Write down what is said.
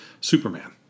Superman